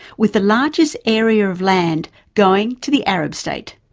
with the largest area of land going to the arab state.